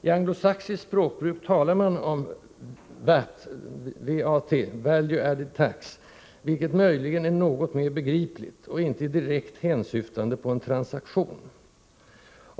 I anglosaxiskt språkbruk talar man om VAT —- Value added tax —, vilket möjligen är något mera begripligt och inte direkt hänsyftande på en ”transaktion”.